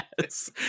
Yes